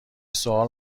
سوال